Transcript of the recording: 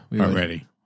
Already